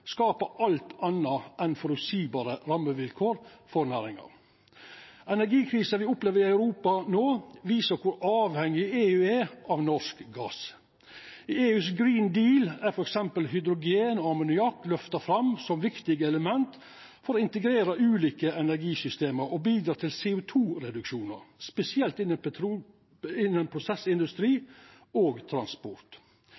alt anna enn føreseielege rammevilkår for næringa. Energikrisa me opplever i Europa no, viser kor avhengig EU er av norsk gass. I EUs Green Deal er f.eks. hydrogen og ammoniakk løfta fram som viktige element for å integrera ulike energisystem og bidra til CO 2 -reduksjon spesielt innan